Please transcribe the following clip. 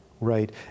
Right